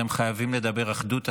אתם חייבים לדבר אחדות,